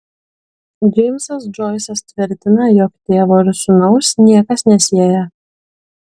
džeimsas džoisas tvirtina jog tėvo ir sūnaus niekas nesieja